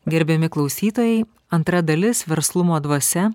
gerbiami klausytojai antra dalis verslumo dvasia